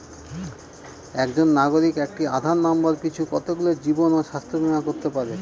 একজন নাগরিক একটি আধার নম্বর পিছু কতগুলি জীবন ও স্বাস্থ্য বীমা করতে পারে?